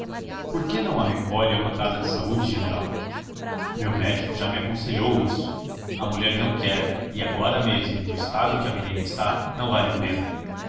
por que não a recolhe a uma casa de saúde general meu médico já me aconselhou isso a mulher não quer e agora mesmo no estado em que a menina está não vale a pena